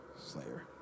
Slayer